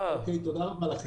תודה רבה לכם.